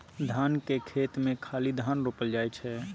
धान केर खेत मे खाली धान रोपल जाइ छै